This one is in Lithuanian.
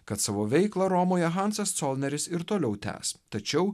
kad savo veiklą romoje hansas colneris ir toliau tęs tačiau